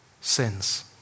sins